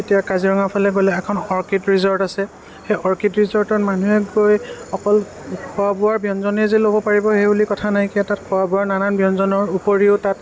এতিয়া কাজিৰঙাৰ ফালে গ'লে এখন অৰ্কিড ৰিজৰ্ট আছে সেই অৰ্কিড ৰিজৰ্টত মানুহে গৈ অকল খোৱা বোৱাৰ ব্যঞ্জনেই যে ল'ব পাৰিব সেইবুলি কথা নাই কিয় তাত খোৱা বোৱাৰ নানান ব্যঞ্জনৰ ওপৰিও তাত